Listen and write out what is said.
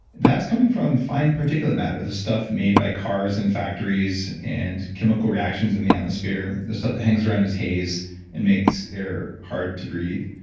that's coming from fine particulate matter, the stuff made by cars and factories, and chemical reactions in the atmosphere, the stuff that hangs around this haze and makes air hard to breathe.